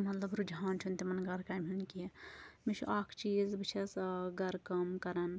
مطلب رُحجان چھُنہٕ تِمَن گھرٕ کامہِ ہُنٛد کیٚنٛہہ مےٚ چھُ اَکھ چیٖز ٲں بہٕ چھیٚس گھرٕ کٲم کَران